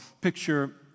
picture